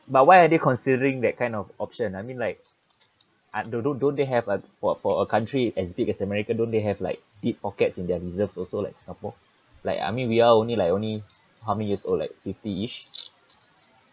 but why are they considering that kind of option I mean like uh don't don't they have a for for a country as big as america don't they have like deep pockets in their reserve also like singapore like I mean we are only like only how many years old like fifty ~ish